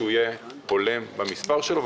שיהיה הולם במספרו,